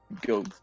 go